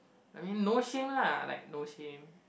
I mean no shame lah like no shame